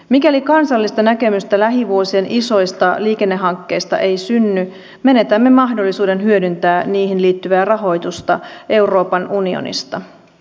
mikäli kansallista näkemystä lähivuosien isoista liikennehankkeista ei synny menetämme mahdollisuuden hyödyntää niihin liittyvää rahoitusta euroopan unionista